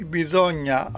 bisogna